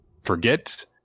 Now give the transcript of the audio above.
forget